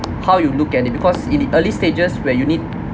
how you look at it because in the early stages where you need